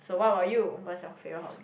so what about you what's your favourite hobby